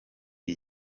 iyi